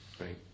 right